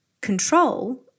control